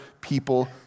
people